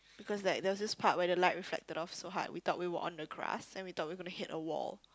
because like there was this part where the light reflected off so hard we thought we were on the grass and we thought we gonna hit a wall